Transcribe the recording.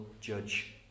judge